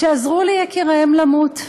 שעזרו ליקיריהם למות.